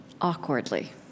awkwardly